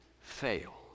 fail